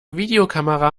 videokamera